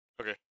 Okay